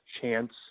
chance